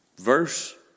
verse